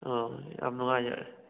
ꯎꯝ ꯌꯥꯝ ꯅꯨꯡꯉꯥꯏꯖꯔꯦ